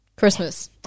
Christmas